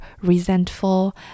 resentful